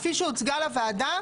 כפי שהוצגה לוועדה,